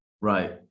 Right